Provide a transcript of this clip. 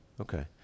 okay